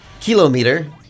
kilometer